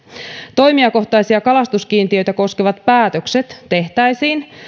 toimijakohtaisia kalastuskiintiöitä koskevat päätökset tehtäisiin